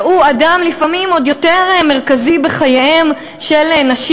שלפעמים הוא אדם עוד יותר מרכזי בחייהם של נשים